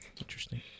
Interesting